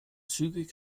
zügig